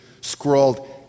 scrawled